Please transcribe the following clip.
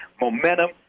momentum